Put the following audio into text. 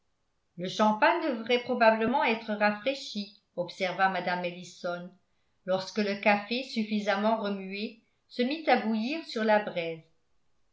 le champagne devrait probablement être rafraîchi observa mme ellison lorsque le café suffisamment remué se mit à bouillir sur la braise